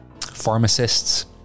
Pharmacists